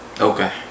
Okay